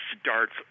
starts